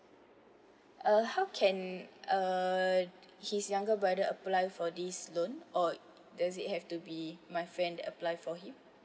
uh how can uh his younger brother apply for this loan or does it have to be my friend apply for him